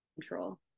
control